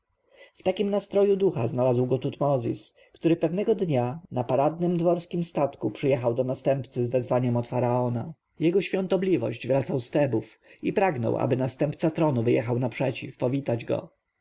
takim nastroju ducha znalazł go tutmozis który pewnego dnia na paradnym dworskim statku przyjechał do następcy z wezwaniem od faraona jego świątobliwość wracał dzisiaj z tebów i pragnął ażeby następca tronu wyjechał naprzeciw powitać